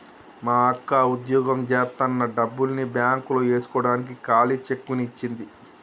మా అక్క వుద్యోగం జేత్తన్న డబ్బుల్ని బ్యేంకులో యేస్కోడానికి ఖాళీ చెక్కుని ఇచ్చింది